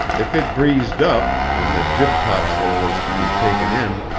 if it breezed up, and the jibtopsail was to be taken in,